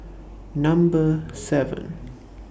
Number seven